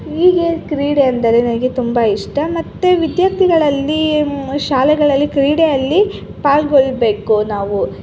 ಈಗ ಕ್ರೀಡೆ ಅಂದರೆ ನನಗೆ ತುಂಬ ಇಷ್ಟ ಮತ್ತು ವಿದ್ಯಾರ್ಥಿಗಳಲ್ಲಿ ಶಾಲೆಗಳಲ್ಲಿ ಕ್ರೀಡೆಯಲ್ಲಿ ಪಾಲ್ಗೊಳ್ಬೇಕು ನಾವು